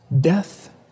death